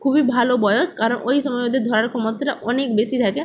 খুবই ভালো বয়স কারণ ওই সময় ওদের ধরার ক্ষমতাটা অনেক বেশি থাকে